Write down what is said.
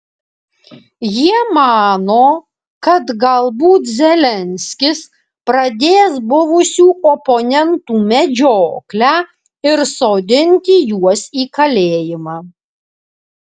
jie mano kad galbūt zelenskis pradės buvusių oponentų medžioklę ir sodinti juos į kalėjimą